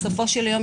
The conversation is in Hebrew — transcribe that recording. בסופו של יום,